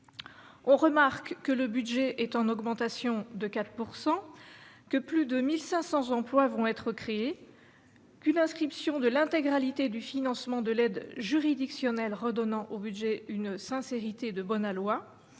On remarque que le budget est en augmentation de 4 pourcent que plus de 1000 500 emplois vont être créés qu'une inscription de l'intégralité du financement de l'aide juridictionnelle, redonnant au budget, une sincérité de bon aloi